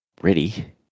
ready